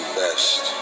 best